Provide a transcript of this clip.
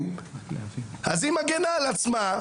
עם הרשאות,